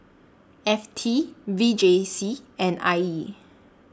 F T V J C and I E